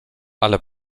ale